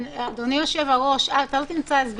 כבוד היושב-ראש, וגם למה שאמרה חברת הכנסת שקד.